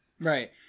Right